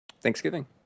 Thanksgiving